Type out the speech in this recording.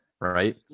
right